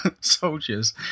soldiers